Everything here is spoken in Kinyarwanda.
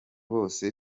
bose